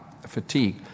fatigue